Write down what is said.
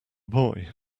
boy